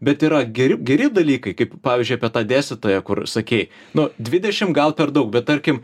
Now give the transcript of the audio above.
bet yra geri geri dalykai kaip pavyzdžiui apie tą dėstytoją kur sakei nu dvidešim gal per daug bet tarkim